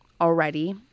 already